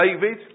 David